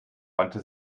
wandte